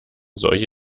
solche